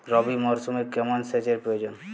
রবি মরশুমে কেমন সেচের প্রয়োজন?